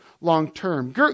long-term